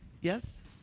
Yes